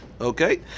Okay